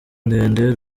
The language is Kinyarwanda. ndende